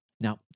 Now